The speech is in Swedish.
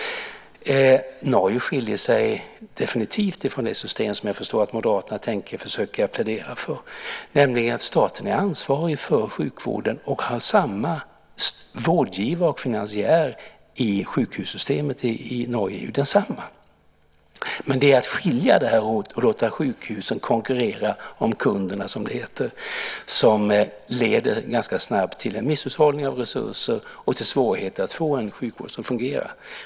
Norge skiljer sig definitivt från det system som jag förstår att Moderaterna tänker försöka plädera för, nämligen att staten är ansvarig för sjukvården. Vårdgivare och finansiär i sjukhussystemet i Norge är ju densamma. Men att skilja det här åt och låta sjukhusen konkurrera om kunderna, som det heter, leder ganska snabbt till en misshushållning av resurser och till svårigheter att få en sjukvård som fungerar.